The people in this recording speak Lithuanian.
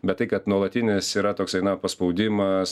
bet tai kad nuolatinis yra toksai na paspaudimas